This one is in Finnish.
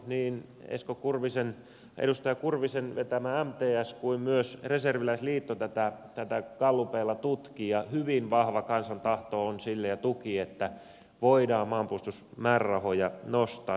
niin edustaja kurvisen vetämä mts kuin myös reserviläisliitto tätä gallupeilla tutki ja hyvin vahva kansan tahto ja tuki on sille että voidaan maanpuolustusmäärärahoja nostaa